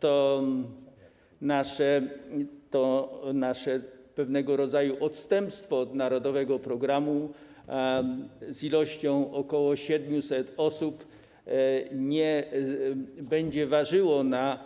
To nasze pewnego rodzaju odstępstwo od narodowego programu z liczbą ok. 700 osób nie będzie ważyło na